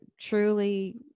truly